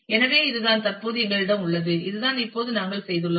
எனவே இதுதான் தற்போது எங்களிடம் உள்ளது இதுதான் இப்போது நாங்கள் செய்துள்ளோம்